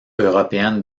européenne